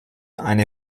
eine